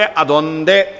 adonde